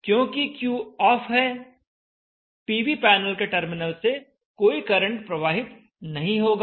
क्योंकि Q ऑफ है पीवी पैनल के टर्मिनल से कोई करंट प्रवाहित नहीं होगा और इसलिए यह 0 होगा